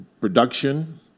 production